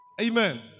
Amen